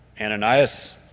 Ananias